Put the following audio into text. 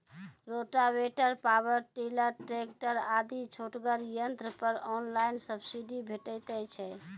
Rotavator, power tiller, tractor आदि छोटगर यंत्र पर ऑनलाइन सब्सिडी भेटैत छै?